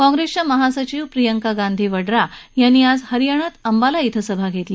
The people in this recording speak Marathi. काँप्रेस महासचिव प्रियंका गांधी वड्रा यांनी आज हरियाणात अंबाला सभा घेतली